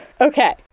Okay